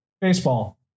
baseball